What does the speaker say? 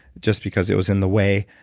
just because it was in the way,